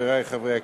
חברי חברי הכנסת,